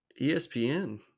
ESPN